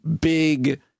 big